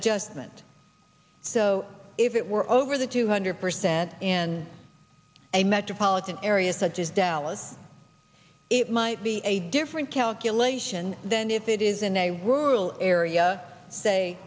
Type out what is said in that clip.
adjustment so if it were over the two hundred percent in a metropolitan area such as dallas it might be a different calculation than if it is in a rural area say